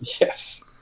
yes